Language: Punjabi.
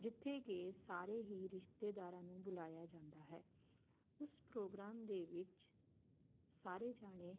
ਜਿੱਥੇ ਕਿ ਸਾਰੇ ਹੀ ਰਿਸ਼ਤੇਦਾਰਾਂ ਨੂੰ ਬੁਲਾਇਆ ਜਾਂਦਾ ਹੈ ਉਸ ਪ੍ਰੋਗਰਾਮ ਦੇ ਵਿੱਚ ਸਾਰੇ ਜਾਣੇ